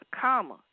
comma